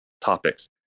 topics